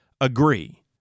agree